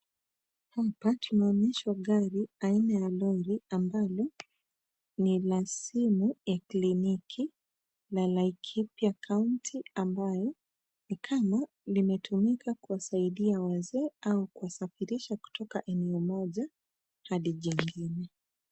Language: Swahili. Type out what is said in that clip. Hapa tunaonyeshwa gari aina ya lori ambalo ni la simu la kliniki la Likipia County ambayo ni kama limetumika kuwasaidia wazee au kuwasafirisha kutoka eneo moja hadi jingine.